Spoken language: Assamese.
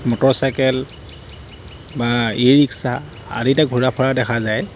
মটৰচাইকেল বা ই ৰিক্সা আদিতে ঘূৰা ফুৰা দেখা যায়